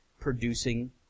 producing